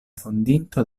fondinto